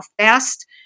fast